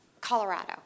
Colorado